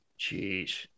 jeez